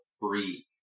free